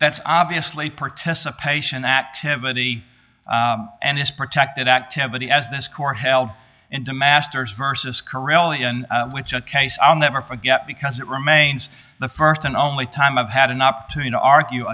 that's obviously participation activity and it's protected activity as this court held into masters versus karelian which case i'll never forget because it remains the st and only time i've had an opportunity to argue